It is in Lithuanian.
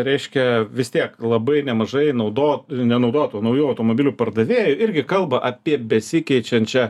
reiškia vis tiek labai nemažai naudo nenaudotų naujų automobilių pardavėjai irgi kalba apie besikeičiančią